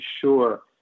sure